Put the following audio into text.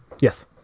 Yes